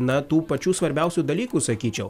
na tų pačių svarbiausių dalykų sakyčiau